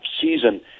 season